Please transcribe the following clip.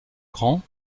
grand